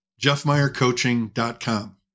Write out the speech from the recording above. jeffmeyercoaching.com